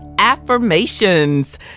affirmations